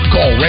Call